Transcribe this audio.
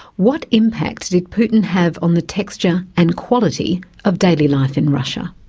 what impacts did putin have on the texture and quality of daily life in russia?